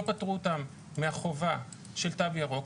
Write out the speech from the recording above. לא פטרו אותם מהחובה של תו ירוק,